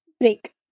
break